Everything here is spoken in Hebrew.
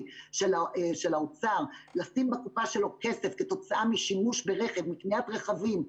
של האוצר לשים בקופה שלו כסף כתוצאה משימוש ברכב מקניית רכבים,